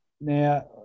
now